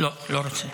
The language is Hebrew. --- לא, לא רוצה.